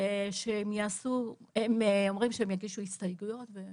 הם אומרים שהם יגישו הסתייגויות.